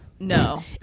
No